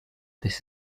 this